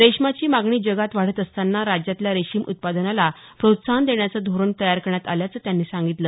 रेशमाची मागणी जगात वाढत असताना राज्यातल्या रेशीम उत्पादनाला प्रोत्साहन देण्याचं धोरण तयार करण्यात आल्याचं त्यांनी सांगितलं